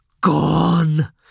gone